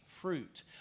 fruit